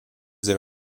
they